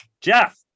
Jeff